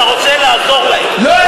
שאתה רוצה לעזור להם,